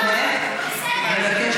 רוצה להבין,